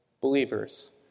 believers